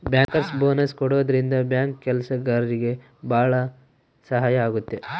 bankers bonus ಕೊಡೋದ್ರಿಂದ bank ಕೆಲ್ಸಗಾರ್ರಿಗೆ ಭಾಳ ಸಹಾಯ ಆಗುತ್ತೆ